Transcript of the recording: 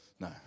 no